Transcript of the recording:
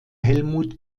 helmut